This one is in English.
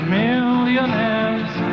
millionaires